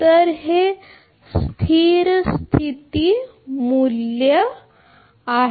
तर हे स्थिर स्थिती मूल्य आहे